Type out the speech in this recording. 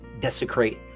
desecrate